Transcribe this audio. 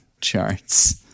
charts